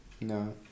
no